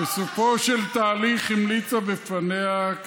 בשם השרה רגב אני מביא היום להצבעה את הצעת חוק הקולנוע